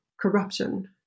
Corruption